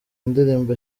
indirimbo